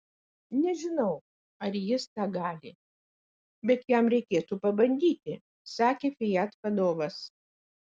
nežinau ar jis tą gali bet jam reikėtų pabandyti sakė fiat vadovas